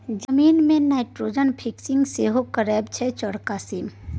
जमीन मे nitrogen fixing सेहो करय छै चौरका सीम